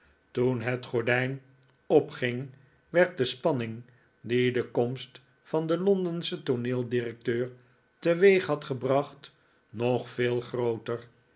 toen het gordijn opging werd de spanning die de komst van den londenschen tooneeldirecteur teweeg had gebracht nog veel grooter